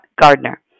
Gardner